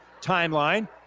timeline